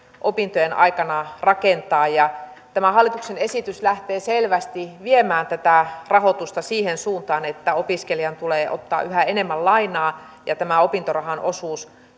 opintojen aikana rakentaa ja tämä hallituksen esitys lähtee selvästi viemään tätä rahoitusta siihen suuntaan että opiskelijan tulee ottaa yhä enemmän lainaa ja että tämä opintorahan osuus